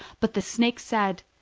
but the snake said,